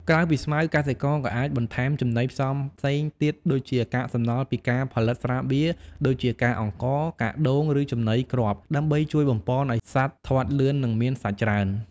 ក្រៅពីស្មៅ កសិករក៏អាចបន្ថែមចំណីផ្សំផ្សេងទៀតដូចជាកាកសំណល់ពីការផលិតស្រាបៀរ ដូចជាកាកអង្ករ កាកដូង ឬចំណីគ្រាប់ ដើម្បីជួយបំប៉នឲ្យសត្វធាត់លឿននិងមានសាច់ច្រើន។